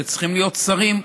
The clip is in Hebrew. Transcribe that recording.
שצריכים להיות שרים,